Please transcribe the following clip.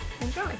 Enjoy